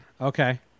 Okay